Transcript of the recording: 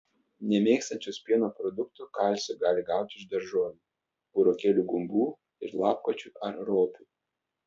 nemėgstančios pieno produktų kalcio gali gauti iš daržovių burokėlių gumbų ir lapkočių ar ropių